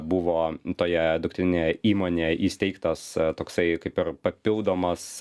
buvo toje dukterinėje įmonėje įsteigtas toksai kaip ir papildomas